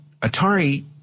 Atari